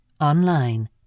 online